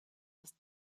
aus